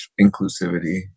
inclusivity